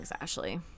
Ashley